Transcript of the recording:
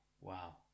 wow